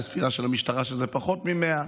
יש ספירה של המשטרה שזה פחות מ-100.